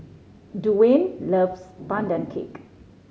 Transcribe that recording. Duwayne loves Pandan Cake